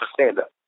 stand-up